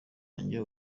wanjye